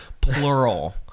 plural